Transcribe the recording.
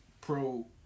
pro